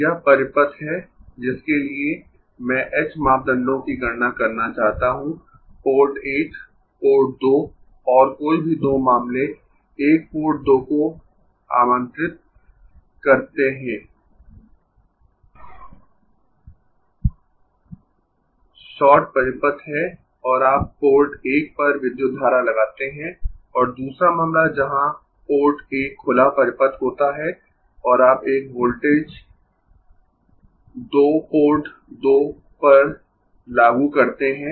यह परिपथ है जिसके लिए मैं h मापदंडों की गणना करना चाहता हूं पोर्ट 1 पोर्ट 2 और कोई भी दो मामले एक पोर्ट 2 को आमंत्रित करते है शॉर्ट परिपथ है और आप पोर्ट 1 पर विद्युत धारा लगाते है और दूसरा मामला जहां पोर्ट 1 खुला परिपथ होता है और आप एक वोल्टेज 2 पोर्ट 2 पर लागू करते है